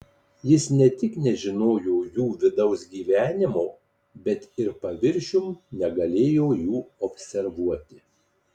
jis ne tik nežinojo jų vidaus gyvenimo bet ir paviršium negalėjo jų observuoti